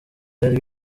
byari